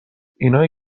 اینایی